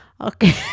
Okay